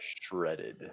Shredded